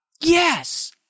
Yes